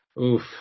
Oof